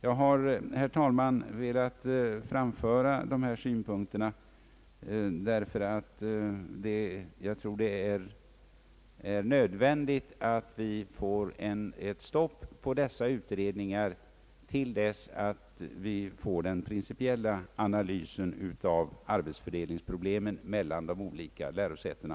Jag har, herr talman, velat framhålla dessa synpunkter, därför att jag tror det är nödvändigt att det blir ett stopp på dessa utredningar till dess vi får den principiella analysen av arbetsfördelningens problem mellan de olika lärosätena.